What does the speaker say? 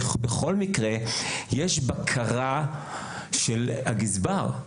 ובכל מקרה יש בקרה של הגזבר.